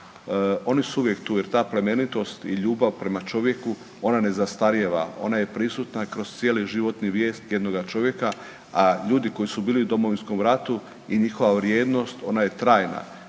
Oni su uvijek tu jer ta plemenitost i ljubav prema čovjeku ona ne zastarijeva, ona je prisutna kroz cijeli životni vijek jednoga čovjeka, a ljudi koji su bili u Domovinskom ratu i njihova vrijednost ona je trajna,